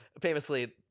famously